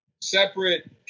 separate